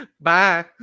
Bye